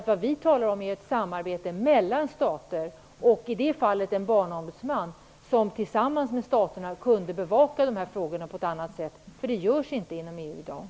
Vi talar om ett samarbete mellan stater och om en barnombudsman som tillsammans med staterna kunde bevaka de här frågorna. Det görs inte inom EU i dag.